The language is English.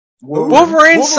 Wolverine